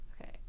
okay